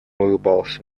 улыбался